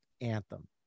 anthem